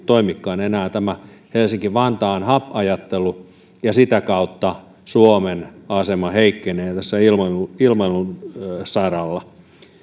toimikaan enää tämä helsinki vantaan ajattelu ja sitä kautta suomen asema heikkenee tässä ilmailun saralla